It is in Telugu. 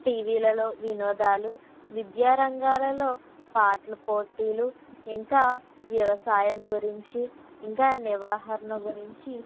టీవీలలో వినోదాలు విద్యా రంగాలలో పాటల పోటీలు ఇంకా వ్యవసాయం గురించి ఇంకా నివాహరణ గురించి